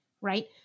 right